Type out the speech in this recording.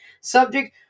Subject